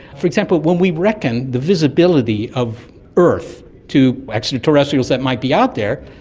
for example, when we reckon the visibility of earth to extra-terrestrials that might be out there,